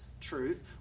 truth